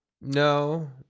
no